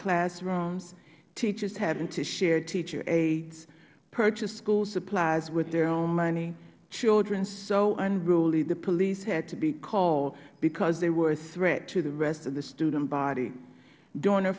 classrooms teachers having to share teacher aides purchase school supplies with their own money children so unruly the police had to be called because they were a threat to the rest of the student body during he